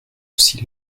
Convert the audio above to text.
aussi